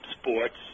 sports